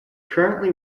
currently